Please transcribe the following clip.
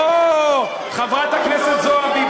חברת הכנסת זועבי,